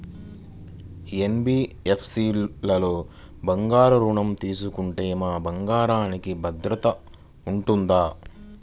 NBFC లలో బంగారు ఋణం తీసుకుంటే మా బంగారంకి భద్రత ఉంటుందా?